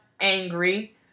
angry